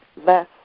less